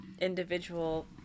Individual